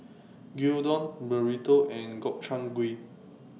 Gyudon Burrito and Gobchang Gui